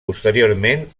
posteriorment